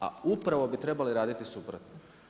A upravo bi trebale raditi suprotno.